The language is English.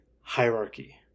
hierarchy